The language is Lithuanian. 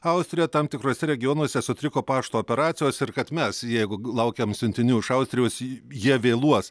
austrijo tam tikruose regionuose sutriko pašto operacijos ir kad mes jeig gu laukiam siuntinių iš austrijos j jie vėluos